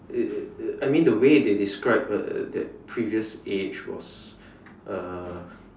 it it it I mean the way they described the that previous age was uh